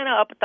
up